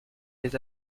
des